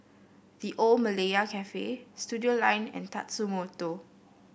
The Old Malaya Cafe Studioline and Tatsumoto